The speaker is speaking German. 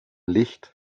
licht